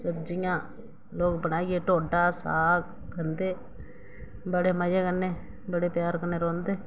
सब्जियां लोक बनाइयै टोड्डा साग खंदे बड़े मज़े कन्नै बड़े प्यार कन्नै रौहंदे